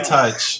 touch